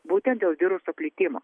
būtent dėl viruso plitimo